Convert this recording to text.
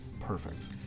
Perfect